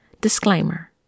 Disclaimer